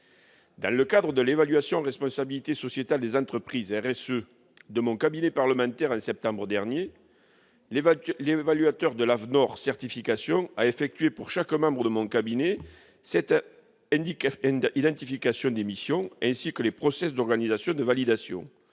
Dans le cadre de l'évaluation de la responsabilité sociétale des entreprises, la RSE, de mon cabinet parlementaire au mois de septembre dernier, l'évaluateur de l'AFNOR Certification a réalisé pour chaque membre de mon cabinet cette identification des missions, ainsi que les d'organisation et de validation,